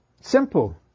simple